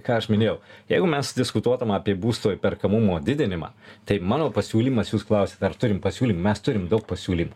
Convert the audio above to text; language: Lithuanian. ką aš minėjau jeigu mes diskutuotum apie būsto įperkamumo didinimą tai mano pasiūlymas jūs klausiat ar turim pasiūlymų mes turim daug pasiūlymų